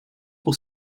pour